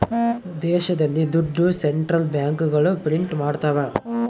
ದೇಶದಲ್ಲಿ ದುಡ್ಡು ಸೆಂಟ್ರಲ್ ಬ್ಯಾಂಕ್ಗಳು ಪ್ರಿಂಟ್ ಮಾಡ್ತವ